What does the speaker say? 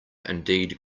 indeed